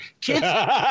Kids